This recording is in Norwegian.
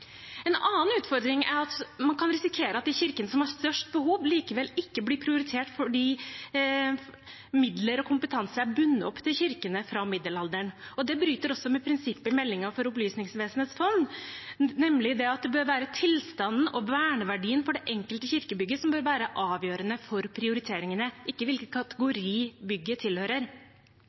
En annen utfordring er at man kan risikere at de kirkene som har størst behov, likevel ikke blir prioritert, fordi midler og kompetanse er bundet opp til kirkene fra middelalderen. Det bryter også med prinsippet i meldingen om Opplysningsvesenets fond, nemlig at det bør være tilstanden og verneverdien for det enkelte kirkebygget som bør være avgjørende for prioriteringene, ikke hvilken kategori bygget tilhører.